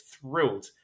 thrilled